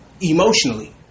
emotionally